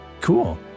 Cool